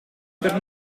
per